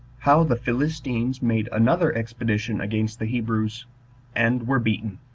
how the philistines made another expedition against the hebrews and were beaten.